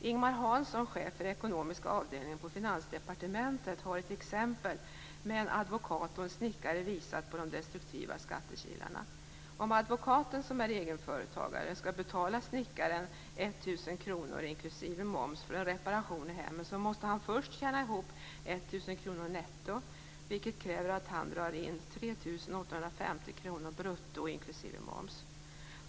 Ingemar Hansson, chef för ekonomiska avdelningen på Finansdepartementet, har i ett exempel med en advokat och en snickare visat på de destruktiva skattekilarna. Om advokaten, som är egenföretagare, skall betala snickaren 1 000 kr inklusive moms för en reparation i hemmet måste han först tjäna ihop 1 000 kr netto, vilket kräver att han drar in 3 850 kr brutto inklusive moms.